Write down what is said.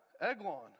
Eglon